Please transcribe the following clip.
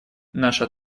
наша